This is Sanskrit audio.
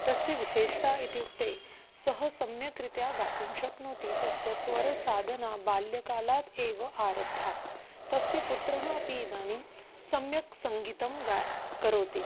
तस्य विशेषता इत्युक्ते सः सम्यक्रीत्या गातुं शक्नोति तस्य स्वरसाधना बाल्यकालात् एव आरब्धा तस्य पुत्रः अपि इदानीं सम्यक् सङ्गीतं गानं करोति